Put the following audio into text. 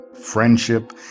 friendship